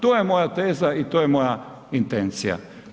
To je moja teza i to je moja intencija.